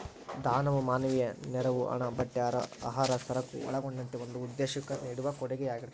ದಾನವು ಮಾನವೀಯ ನೆರವು ಹಣ ಬಟ್ಟೆ ಆಹಾರ ಸರಕು ಒಳಗೊಂಡಂತೆ ಒಂದು ಉದ್ದೇಶುಕ್ಕ ನೀಡುವ ಕೊಡುಗೆಯಾಗಿರ್ತದ